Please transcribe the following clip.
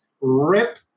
rip